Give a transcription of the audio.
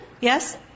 Yes